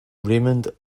raymond